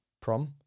Prom